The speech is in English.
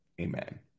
amen